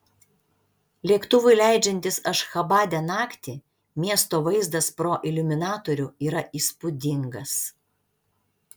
lėktuvui leidžiantis ašchabade naktį miesto vaizdas pro iliuminatorių yra įspūdingas